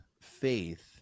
faith